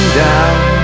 down